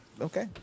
okay